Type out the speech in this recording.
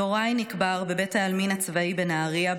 יוראי נקבר בבית העלמין הצבאי בנהריה,